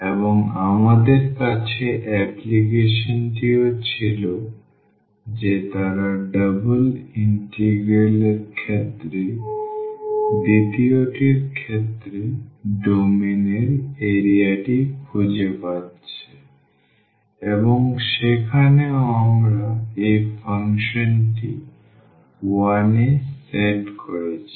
এবং আমাদের কাছে অ্যাপ্লিকেশনটিও ছিল যে তারা ডাবল ইন্টিগ্রাল এর ক্ষেত্রে দ্বিতীয়টির ক্ষেত্রে ডোমেন এর এরিয়াটি খুঁজে পাচ্ছে এবং সেখানেও আমরা এই ফাংশনটি 1 এ সেট করেছি